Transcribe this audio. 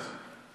ברצף,